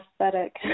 aesthetic